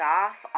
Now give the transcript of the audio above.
off